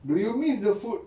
do you miss the food